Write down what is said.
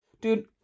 Dude